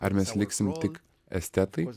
ar mes liksim tik estetai